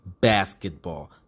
basketball